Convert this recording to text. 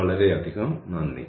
വളരെയധികം നന്ദി